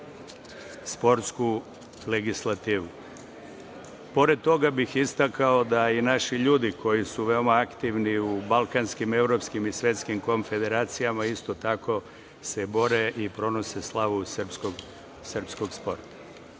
sportsku legislativuPored toga bih istakao da i naši ljudi koji su veoma aktivni u balkanskim, evropskim i svetskim konfederacijama isto tako se bore i pronose slavu srpskog sporta. Sledeća